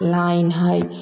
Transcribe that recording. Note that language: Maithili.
लाइन है